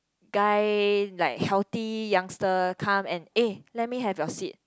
guy like healthy youngster come and eh let me have your seat